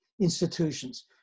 institutions